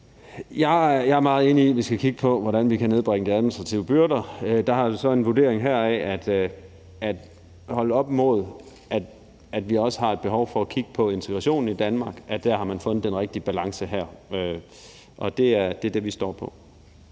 Jeg er meget enig i, at vi skal kigge på, hvordan vi kan nedbringe de administrative byrder. Der har vi så den vurdering, at man skal holde det op imod, at vi også har et behov for at kigge på, om vi har en situation i Danmark, hvor man har fundet den rigtige balance. Og det er det, vi står på.